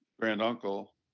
granduncle